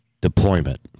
deployment